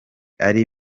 ari